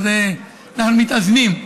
אז אנחנו מתאזנים.